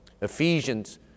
Ephesians